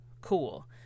Cool